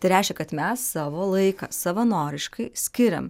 tai reiškia kad mes savo laiką savanoriškai skiriam